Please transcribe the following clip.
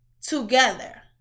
Together